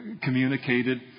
communicated